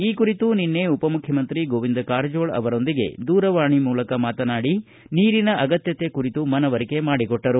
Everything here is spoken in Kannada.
ಈ ಕುರಿತು ನಿನ್ನೆ ಉಪ ಮುಖ್ಯಮಂತ್ರಿ ಗೋವಿಂದ ಕಾರಜೋಳ ಅವರೊಂದಿಗೆ ದೂರವಾಣಿ ಮೂಲಕ ಮಾತನಾಡಿ ನೀರಿನ ಅಗತ್ವತೆ ಕುರಿತು ಮನವರಿಕೆ ಮಾಡಿಕೊಟ್ಟರು